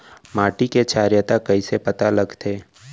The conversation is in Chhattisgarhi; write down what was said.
माटी के क्षारीयता कइसे पता लगथे?